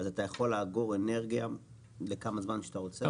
אז אתה יכול לאגור אנרגיה לכמה זמן שאתה רוצה?